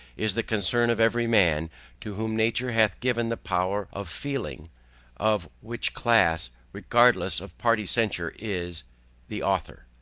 is the concern of every man to whom nature hath given the power of feeling of which class, regardless of party censure, is the author